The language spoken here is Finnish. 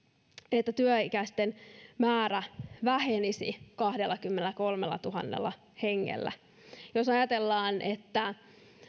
että työikäisten määrä vähenisi kahdellakymmenelläkolmellatuhannella hengellä jos ajatellaan että